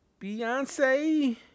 Beyonce